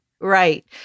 Right